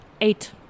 eight